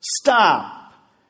Stop